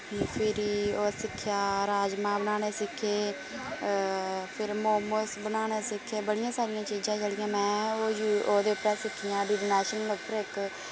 फिर ओह् सिक्खेआ राजमाह् बनाने सिक्खे फिर मोमोस बनाने सिक्खे बड़ियां सारियां चीजां जेह्ड़ियां में ओह् जु ओह्दे उप्परा सिक्खियां डी डी नैशनल उप्पर इक